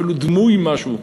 אפילו דמוי משהו.